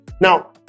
now